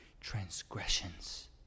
transgressions